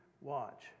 watch